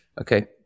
Okay